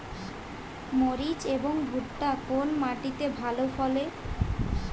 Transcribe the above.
মরিচ এবং ভুট্টা কোন মাটি তে ভালো ফলে?